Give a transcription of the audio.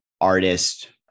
artist